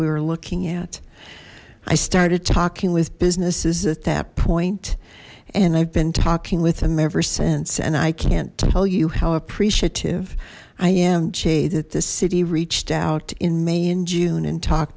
were looking at i started talking with businesses at that point and i've been talking with them ever since and i can't tell you how appreciative i am jay that the city reached out in may and june and talk